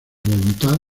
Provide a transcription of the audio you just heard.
voluntad